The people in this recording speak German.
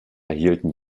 erhielten